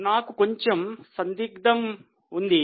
నాకు కొంచెం సందిగ్ధం ఉంది